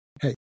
hey